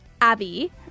Abby